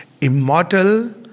Immortal